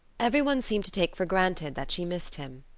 every one seemed to take for granted that she missed him.